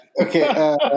Okay